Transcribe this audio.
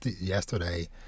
yesterday